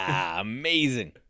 amazing